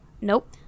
nope